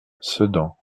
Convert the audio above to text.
sedan